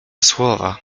słowa